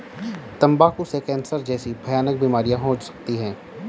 तंबाकू से कैंसर जैसी भयानक बीमारियां हो सकती है